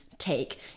take